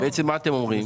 מה אתם אומרים?